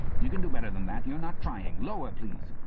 you can do better than that. you're not trying. lower, please!